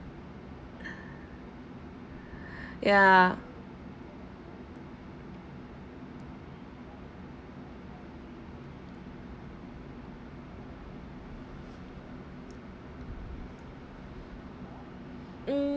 ya mm